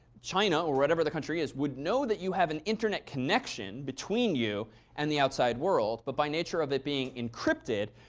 china or whatever the country is would know that you have an internet connection between you and the outside world. but by nature of it being encrypted,